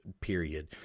period